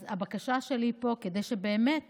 אז הבקשה שלי פה, כדי שבאמת